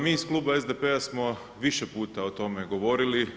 Mi iz Kluba SDP-a smo više puta o tome govorili.